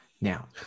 Now